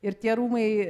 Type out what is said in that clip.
ir tie rūmai